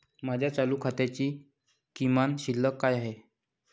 माझ्या चालू खात्याची किमान शिल्लक काय आहे?